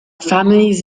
family